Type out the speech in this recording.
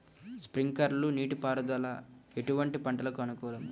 Sprinkler నీటిపారుదల ఎటువంటి పంటలకు అనుకూలము?